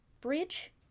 Bridge